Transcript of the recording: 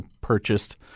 purchased –